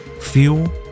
fuel